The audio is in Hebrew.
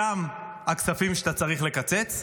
שם הכספים שאתה צריך לקצץ.